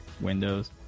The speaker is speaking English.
Windows